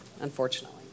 unfortunately